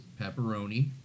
pepperoni